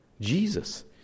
Jesus